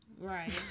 Right